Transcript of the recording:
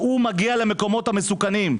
מגיע למקומות המסוכנים.